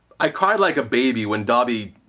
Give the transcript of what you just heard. i cried like a baby when dobby.